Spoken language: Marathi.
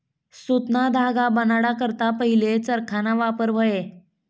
सुतना धागा बनाडा करता पहिले चरखाना वापर व्हये